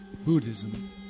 Buddhism